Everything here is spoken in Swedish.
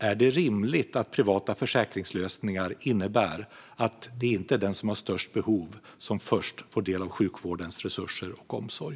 Är det rimligt att privata försäkringslösningar innebär att det inte är den som har störst behov som först får del av sjukvårdens resurser och omsorg?